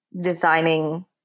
designing